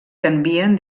canvien